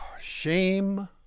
shame